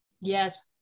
Yes